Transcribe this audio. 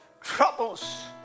troubles